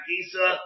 Gisa